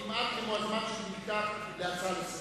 קריאת הביניים שלך התמשכה כמעט כמו הזמן של הצעה לסדר-היום.